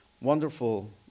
wonderful